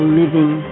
living